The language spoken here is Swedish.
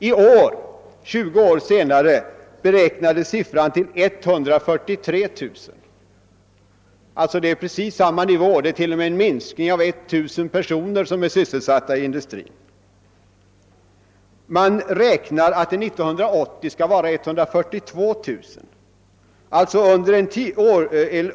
I år — tjugu år senare — beräknas siffran till 143 000, alltså en minskning med 1 000 eller praktiskt taget samma nivå. Man räknar med att 142000 personer år 1980 skall vara sysselsatta inom industrin.